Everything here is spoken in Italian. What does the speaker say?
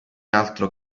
altro